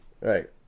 Right